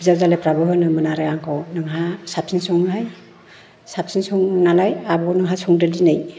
बिजावजालिफ्राबो होनोमोन आरो आंखौ नोंहा साबसिन सङोहाय साबसिन संनानै आब' नोंहा संदो दिनै